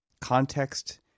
context